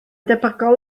debygol